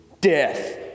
Death